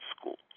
school